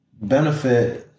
benefit